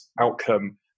outcome